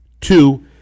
two